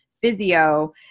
Physio